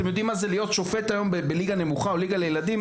אתם יודעים מה זה להיות היום שופט בליגה נמוכה או בליגת ילדים?